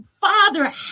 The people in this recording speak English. Father